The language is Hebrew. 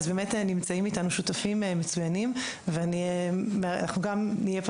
אז באמת נמצאים איתנו שותפים מצוינים ואנחנו גם נהיה פה